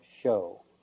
show